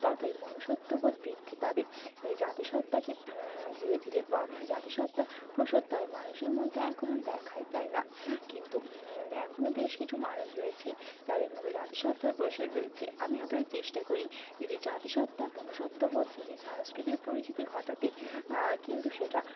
ততই মনুষ্যত্ব বোধ বৃদ্ধি পাবে এই জাতিসত্ত্বাকে ধীরে ধীরে জাতিসত্ত্বা প্রসধ প্রায় মানুষের মধ্যে এখন আর দেখাই যায় না কিন্তু এখনো বেশ কিছু মানুষ রয়েছে যাদের মধ্যে জাতিসত্ত্বার প্রসার রয়েছে আমিও প্রায় চেষ্টা করি নিজের জাতিসত্ত্বা মনুষ্যত্ব বোধ নিজের সাংস্কৃতির পরিচিতি ঘটাতে কিন্তু সেটা